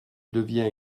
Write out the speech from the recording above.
devient